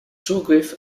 zugriff